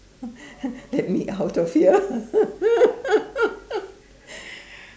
let me out of here